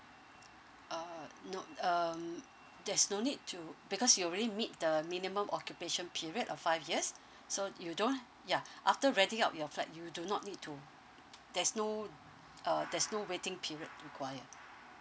uh nope um there's no need to because you already meet the minimum occupation period of five years so you don't yeah after renting out your flat you do not need to there's no uh there's no waiting period require